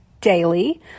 daily